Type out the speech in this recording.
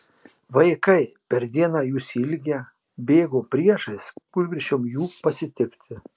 vaikai per dieną jų išsiilgę bėgo priešais kūlvirsčiom jų pasitikti